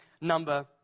number